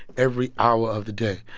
every hour of the day.